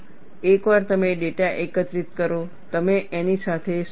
એકવાર તમે ડેટા એકત્રિત કરો તમે તેની સાથે શું કરશો